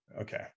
Okay